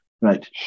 right